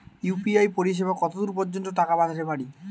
UPI পরিসেবা কতদূর পর্জন্ত টাকা পাঠাতে পারি?